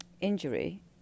injury